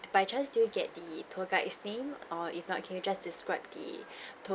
by chance do you get the tour guide's name or if not can you just describe the